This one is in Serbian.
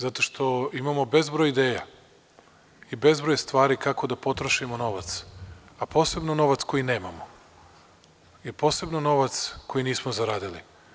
Zato što imamo bezbroj ideja i bezbroj stvari kako da potrošimo novac, a posebno novac koji nemamo i posebno novac koji nismo zaradili.